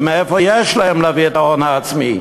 ומאיפה יש להם להביא את ההון העצמי?